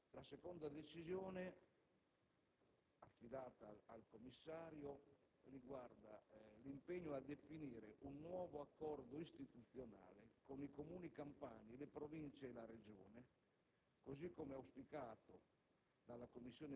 La seconda decisione affidata al commissario riguarda l'impegno a definire un nuovo accordo istituzionale con i Comuni campani, le Province e la Regione,